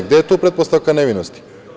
Gde je tu pretpostavka nevinosti?